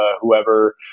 whoever